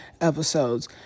episodes